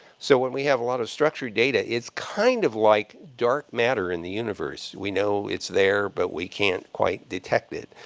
so when we have a lot of structured data, it's kind of like dark matter in the universe. we know it's there but we can't quite detect it.